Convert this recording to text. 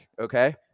Okay